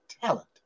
talent